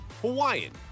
Hawaiian